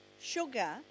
sugar